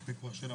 את הפיקוח שלהם,